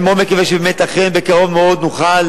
אני מאוד מקווה שבאמת בקרוב מאוד נוכל